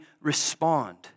respond